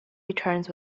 returns